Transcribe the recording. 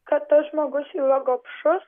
kad tas žmogus yra gobšus